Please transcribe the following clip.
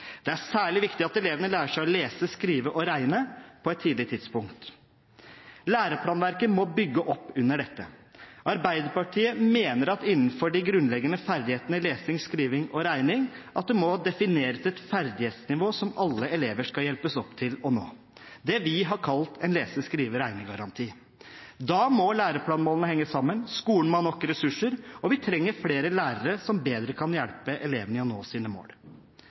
Det er særlig viktig at elevene lærer seg å lese, skrive og regne på et tidlig tidspunkt. Læreplanverket må bygge opp under dette. Arbeiderpartiet mener at det innenfor de grunnleggende ferdighetene i lesing, skriving og regning må defineres et ferdighetsnivå som alle elever skal hjelpes opp til å nå, det vi har kalt en lese-, skrive- og regnegaranti. Da må læreplanmålene henge sammen, skolen må ha nok ressurser, og vi trenger flere lærere som bedre kan hjelpe elevene til å nå sine mål.